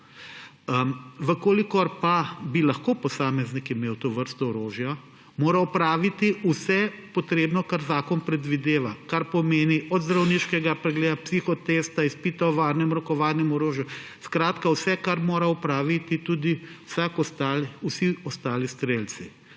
Če pa bi lahko posameznik imel to vrsto orožja, mora opraviti vse potrebno, kar zakon predvideva. To pomeni – od zdravniškega pregleda, psihotesta, izpita o varnem rokovanju z orožjem. Skratka vse, kar mora opraviti tudi vsi ostali strelci.